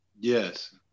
Yes